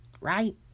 right